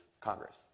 Congress